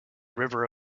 river